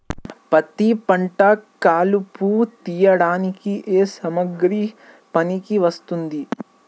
పత్తి పంట కలుపు తీయడానికి ఏ సామాగ్రి పనికి వస్తుంది?